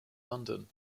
london